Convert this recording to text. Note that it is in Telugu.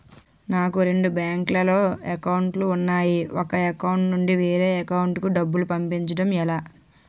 నాకు రెండు బ్యాంక్ లో లో అకౌంట్ లు ఉన్నాయి ఒక అకౌంట్ నుంచి వేరే అకౌంట్ కు డబ్బు పంపడం ఎలా?